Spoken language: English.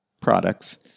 products